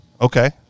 Okay